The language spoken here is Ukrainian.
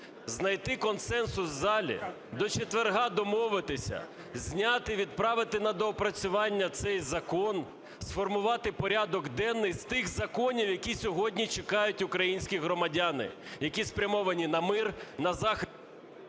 знайти консенсус в залі, до четверга домовитися, зняти, відправити на доопрацювання цей закон, сформувати порядок денний з тих законів, які сьогодні чекають українські громадяни, які спрямовані на мир, на захист…